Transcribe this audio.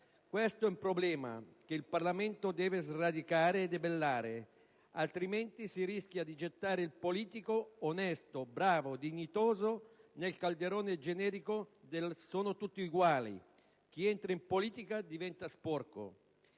Questo è un problema che il Parlamento deve sradicare e debellare, altrimenti si rischia di gettare il politico onesto, bravo, dignitoso nel calderone generico del «sono tutti uguali: chi entra in politica diventa sporco».